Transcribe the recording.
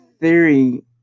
theory